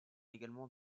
également